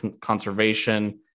conservation